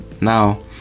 now